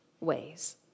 ways